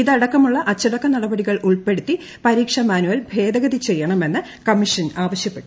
ഇതടക്കമുള്ള അച്ചടക്ക നടപടികൾ ഉൾപ്പെടുത്തി പരീക്ഷ മാന്വൽ ഭേദഗതി ചെയ്യണമെന്ന് കമ്മീഷൻ ആവശ്യപ്പെട്ടു